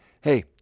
hey